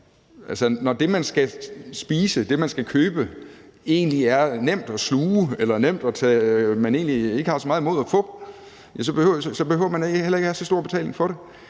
Når det, man skal spise, og det, man skal købe, egentlig er nemt at sluge eller er noget, man ikke har så meget imod at få, behøver man heller ikke have så stor betaling for det.